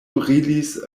brilis